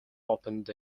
opened